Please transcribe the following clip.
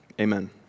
Amen